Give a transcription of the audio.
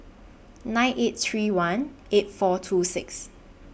nine eight three one eight four two six